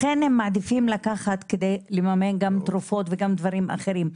לכן הם מעדיפים לקחת כדי לממן גם תרופות וגם דברים אחרים,